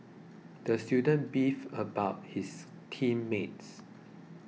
the student beefed about his team mates